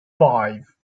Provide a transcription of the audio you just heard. five